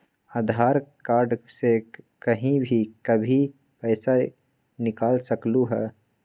आधार card से कहीं भी कभी पईसा निकाल सकलहु ह?